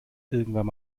irgendwann